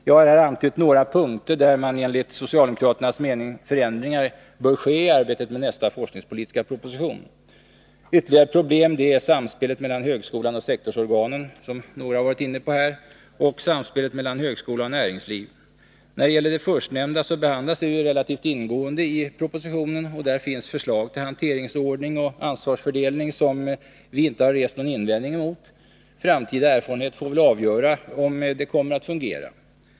Jag har här antytt några punkter, där förändringar enligt socialdemokraternas mening bör ske i arbetet med nästa forskningspolitiska proposition. Ytterligare problem är samspelet mellan högskola och sektorsorgan, som några har varit inne på här, och samspelet mellan högskola och näringsliv. När det gäller det förstnämnda behandlas det relativt ingående i propositionen. Där finns förslag till hanteringsordning och ansvarsfördelning, som vi inte har rest någon invändning mot. Framtida erfarenhet får väl avgöra om det kommer att fungera.